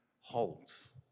holds